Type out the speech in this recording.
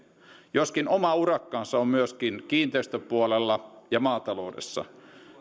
joskin oma urakkansa on myöskin kiinteistöpuolella ja maataloudessa